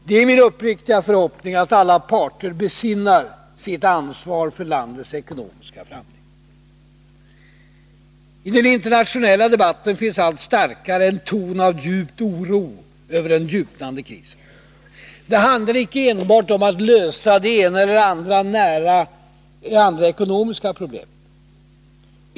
Det är min uppriktiga förhoppning att alla parter besinnar sitt ansvar för landets ekonomiska framtid. I den internationella debatten märks en allt starkare ton av oro över den djupnande krisen. Det handlar icke enbart om att lösa det ena eller det andra ekonomiska problemet.